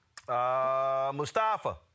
Mustafa